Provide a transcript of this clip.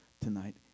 tonight